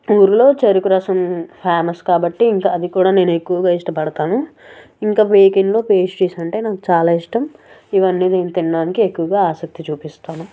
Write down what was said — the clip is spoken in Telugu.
ఊర్లో చెరుకు రసం ఫేమస్ కాబట్టి ఇంకా అది కూడా నేను ఎక్కువగా ఇష్టపడతాను ఇంకా బేక్ ఇన్లో పేస్ట్రీస్ అంటే చాలా ఇష్టం ఇవన్నీ నేను తినడానికి ఎక్కువగా ఆసక్తి చూపిస్తాను